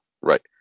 right